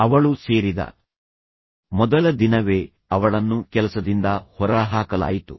ಅವಳು ಸೇರಿದ ಮೊದಲ ದಿನವೇ ಅವಳನ್ನು ಕೆಲಸದಿಂದ ಹೊರಹಾಕಲಾಯಿತು